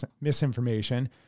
misinformation